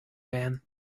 man